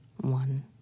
One